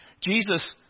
Jesus